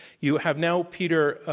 you have now, peter,